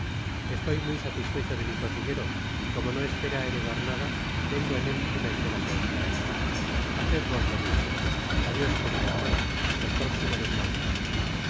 estoy muy satisfecho de mi cocinero y como no espera heredar nada tengo en él una entera confianza haced vos lo mismo adios querida hermana hasta el próximo desmayo